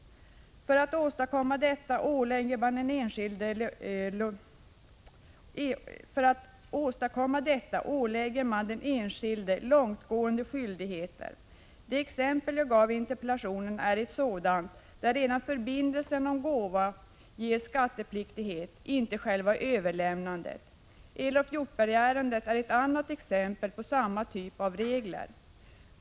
För att åstadkomma detta ålägger man den enskilde långtgående skyldigheter. Det exempel jag gav i interpellationen visar på en sådan skyldighet, där redan förbindelsen om gåva är skattepliktighet, inte själva överlämnandet. Elof Hjortberg-ärendet är ett annat exempel på samma typ av regler.